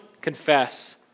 confess